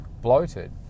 bloated